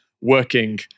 Working